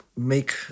make